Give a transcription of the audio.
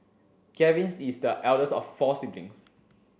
Gavin is the eldest of four siblings